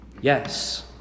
Yes